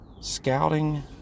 Scouting